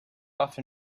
off